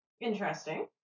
Interesting